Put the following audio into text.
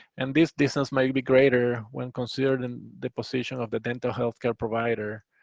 and this distance might be greater when considered in the position of the dental healthcare provider.